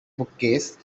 bookcase